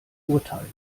urteilen